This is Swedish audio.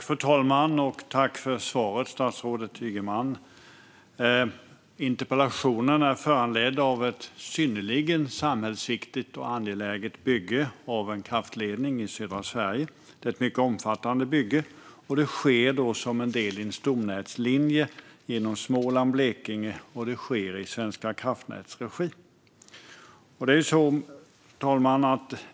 Fru talman! Tack, statsrådet Ygeman, för svaret! Interpellationen är föranledd av ett synnerligen samhällsviktigt och angeläget bygge av en kraftledning i södra Sverige. Det är mycket omfattande, och det sker som en del av en stomnätslinje genom Småland och Blekinge och görs i Svenska kraftnäts regi. Fru talman!